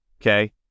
okay